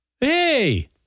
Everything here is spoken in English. Hey